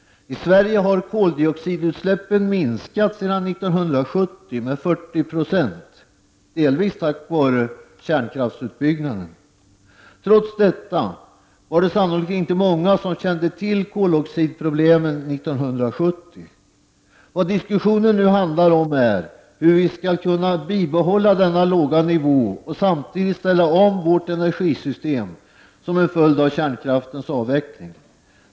I Sverige har koldioxidutsläppen minskat med 40 96 sedan 1970, delvis tack vare kärnkraftsutbyggnaden. Trots detta var det sannolikt inte många som kände till koldioxidproblemet 1970. Vad diskussionen nu handlar om är hur vi skall kunna bibehålla denna låga nivå och samtidigt ställa om vårt energisystem som en följd av kärnkraftens avveckling.